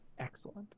Excellent